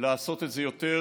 לעשות את זה יותר,